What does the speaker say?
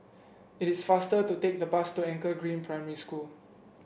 it is faster to take the bus to Anchor Green Primary School